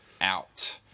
out